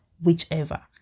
whichever